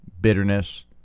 bitterness